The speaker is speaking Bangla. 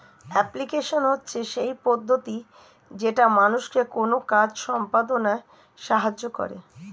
অ্যাপ্লিকেশন হচ্ছে সেই পদ্ধতি যেটা মানুষকে কোনো কাজ সম্পদনায় সাহায্য করে